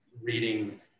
reading